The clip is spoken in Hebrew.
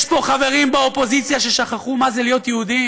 יש פה חברים באופוזיציה ששכחו מה זה להיות יהודים.